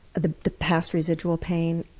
the the past residual pain,